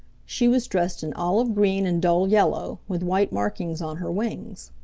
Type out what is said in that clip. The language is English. she was dressed in olive-green and dull yellow, with white markings on her wings.